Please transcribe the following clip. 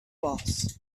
boss